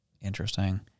Interesting